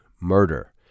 murder